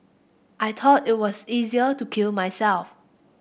I thought it was easier to kill myself